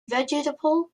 vegetable